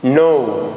णव